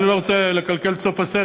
אני לא רוצה לקלקל את סוף הסרט,